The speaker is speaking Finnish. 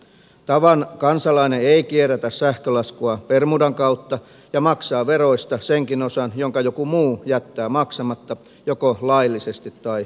tavan kansalainen ei kierrätä sähkölaskua bermudan kautta ja maksaa veroista senkin osan jonka joku muu jättää maksamatta joko laillisesti tai laittomasti